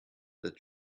that